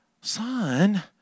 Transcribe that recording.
son